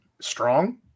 Strong